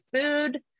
food